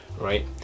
right